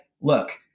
look